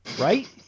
right